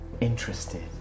interested